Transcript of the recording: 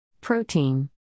Protein